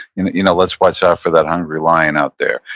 you know you know let's watch out for that hungry lion out there,